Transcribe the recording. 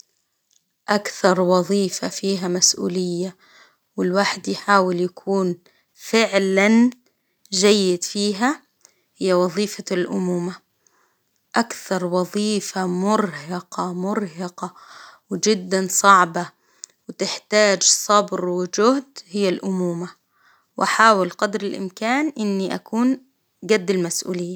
أكثر وظيفة فيها مسؤولية، والواحد يحاول يكون فعلا جيد فيها، هي وظيفة الأمومة، أكثر وظيفة مرهقة مرهقة وجدا صعبة، وتحتاج صبر وجهد، هي الأمومة، وأحاول قدر الإمكان إني أكون جد المسؤولية.